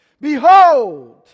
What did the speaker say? Behold